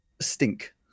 Stink